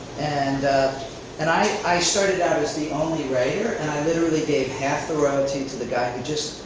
and and i i started out as the only writer and i literally gave half the royalty to the guy who just,